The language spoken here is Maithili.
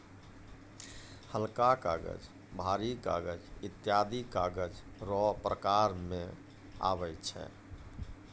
हलका कागज, भारी कागज ईत्यादी कागज रो प्रकार मे आबै छै